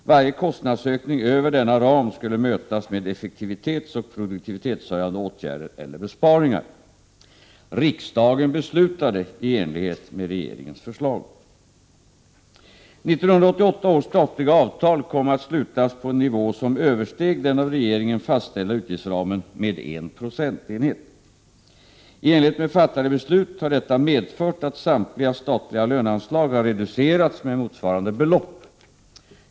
Varje kostnadsökning över denna ram skulle mötas med effektivitetsoch produktivitetshöjande åtgärder eller besparingar. Riksdagen beslutade i enlighet med regeringens förslag. 1988 års statliga avtal kom att slutas på en nivå som översteg den av regeringen fastställda utgiftsramen med en procentenhet. I enlighet med fattade beslut har detta medfört att samtliga statliga löneanslag har reducerats med motsvarande belopp.